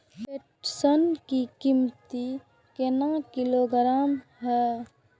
पटसन की कीमत केना किलोग्राम हय?